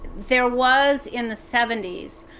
there was, in the seventy s,